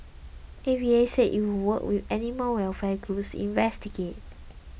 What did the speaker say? A V A said it would work with animal welfare groups investigate